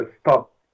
stop